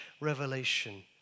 revelation